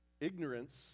Ignorance